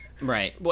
Right